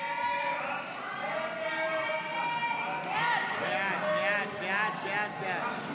הסתייגות 1391 לחלופין